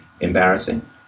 embarrassing